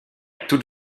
toute